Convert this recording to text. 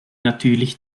natürlich